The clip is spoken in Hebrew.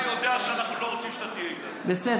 אתה לא היית בסוד